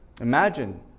Imagine